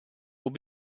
will